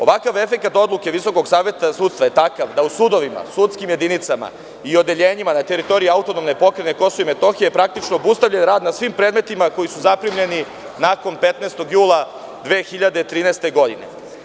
Ovakav efekat odluke Visokog saveta sudstva je takav da je u sudovima, sudskim jedinicama i odeljenjima na teritoriji AP KiM praktično obustavljen rad na svim predmetima koji su zaprimljeni nakon 15. jula 2013. godine.